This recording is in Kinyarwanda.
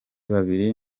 babiri